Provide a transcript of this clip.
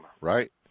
Right